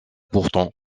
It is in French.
pourtant